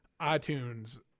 iTunes